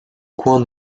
coin